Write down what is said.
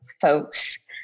folks